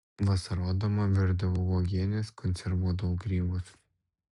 vasarodama virdavau uogienes konservuodavau grybus